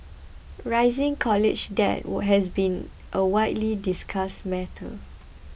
rising college debt has been a widely discussed matter